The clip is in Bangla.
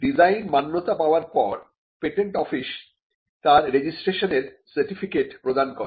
ডিজাইন মান্যতা পাবার পর পেটেন্ট অফিস তার রেজিস্ট্রেশন এর সার্টিফিকেট প্রদান করে